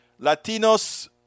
Latinos